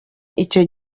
icyo